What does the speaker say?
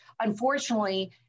unfortunately